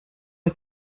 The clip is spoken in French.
est